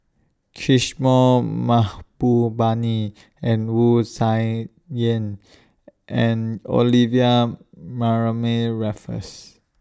Kishore Mahbubani and Wu Tsai Yen and Olivia Mariamne Raffles